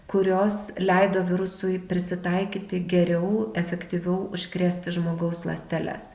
kurios leido virusui prisitaikyti geriau efektyviau užkrėsti žmogaus ląsteles